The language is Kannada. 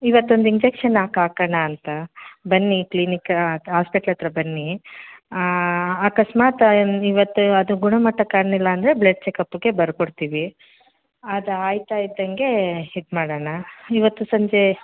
ಇವತ್ತು ಒಂದು ಇಂಜೆಕ್ಷನ್ ಹಾಕ್ ಹಾಕಣ ಅಂತ ಬನ್ನಿ ಕ್ಲಿನಿಕ್ ಆಸ್ಪೆಟ್ಲ್ ಹತ್ರ ಬನ್ನಿ ಅಕಸ್ಮಾತ್ ಇವತ್ತು ಅದು ಗುಣಮಟ್ಟ ಕಾಣಲಿಲ್ಲ ಅಂದರೆ ಬ್ಲಡ್ ಚೆಕಪ್ಗೆ ಬರ್ಕೊಡ್ತೀವಿ ಅದು ಆಗ್ತಾಯಿದ್ದಂಗೆ ಇದು ಮಾಡೋಣ ಇವತ್ತು ಸಂಜೆ